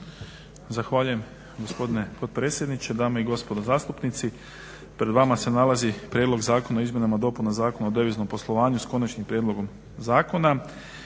Zahvaljuje gospodine potpredsjedniče, dame i gospodo zastupnici. Pred vama se nalazi Prijedlog zakona o izmjenama i dopunama Zakona o deviznom poslovanju sa Konačnim prijedlogom zakona.